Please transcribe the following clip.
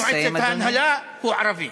יושב-ראש מועצת ההנהלה הוא ערבי.